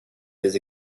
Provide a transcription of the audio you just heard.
des